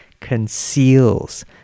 conceals